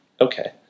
Okay